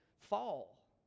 fall